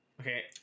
okay